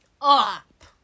up